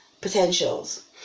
potentials